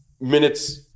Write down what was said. minutes –